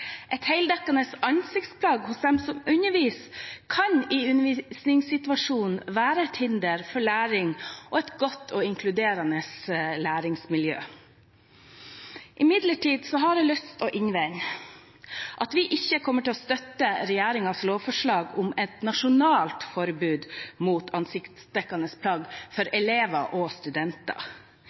Et heldekkende ansiktsplagg hos den som underviser, kan i undervisningssituasjonen være et hinder for læring og et godt og inkluderende læringsmiljø. Imidlertid har jeg lyst til å innvende at vi ikke kommer til å støtte regjeringens lovforslag om et nasjonalt forbud mot ansiktsdekkende plagg for elever og studenter.